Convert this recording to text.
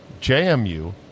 JMU